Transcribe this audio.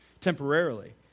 temporarily